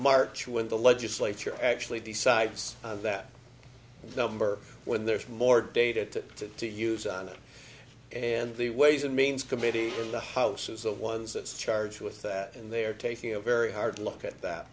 march when the legislature actually decides on that number when there's more data to to use on it and the ways and means committee of the houses of ones that's charged with that and they're taking a very hard look at that